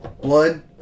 blood